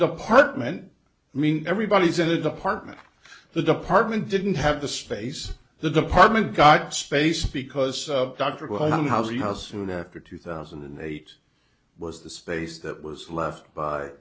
department i mean everybody's in a department the department didn't have the space the department got space because dr cohen how do you how soon after two thousand and eight was the space that was left by